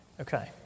Okay